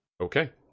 Okay